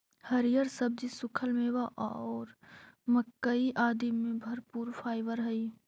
हरिअर सब्जि, सूखल मेवा और मक्कइ आदि में भरपूर फाइवर हई